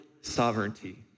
sovereignty